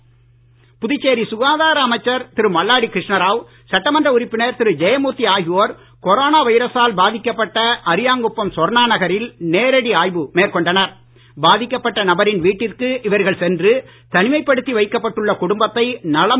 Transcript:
மல்லாடி புதுச்சேரி சுகாதார அமைச்சர் திரு மல்லாடி கிருஷ்ணராவ் சட்டமன்ற உறுப்பினர் திரு ஜெயமூர்த்தி ஆகியோர் கொரோனா வைரசால் பாதிக்கப்பட்ட அரியாங்குப்பம் சொர்ணா நகரில் நேரடி பாதிக்கப்பட்ட நபரின் வீட்டிற்கு இவர்கள் சென்று தனிமைப்படுத்தி வைக்கப்பட்டுள்ள குடும்பத்தை நலம் விசாரித்து அறிவுரை வழங்கினார்